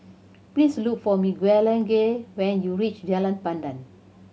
please look for Miguelangel when you reach Jalan Pandan